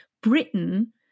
Britain